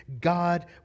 God